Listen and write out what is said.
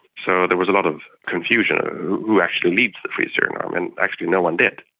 so there was a lot of confusion of who actually leads the free syrian army, and actually no one did.